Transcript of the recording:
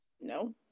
No